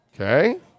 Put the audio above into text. Okay